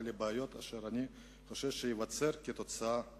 לבעיות אשר אני חושב שייווצרו כתוצאה מהתוכנית.